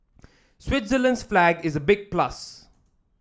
Switzerland's flag is a big plus